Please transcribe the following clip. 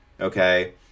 Okay